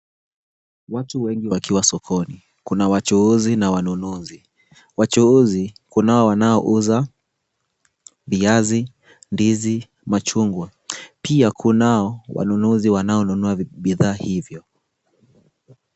Watu wengi wakiwa sokoni. Kuna wachuuzi na wanunuzi. Wachuuzi kunao wanaouza viazi, ndizi, machungwa. Pia kunao wanunuzi wanaonunua bidhaa hizo.